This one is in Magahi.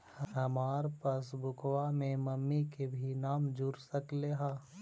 हमार पासबुकवा में मम्मी के भी नाम जुर सकलेहा?